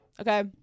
okay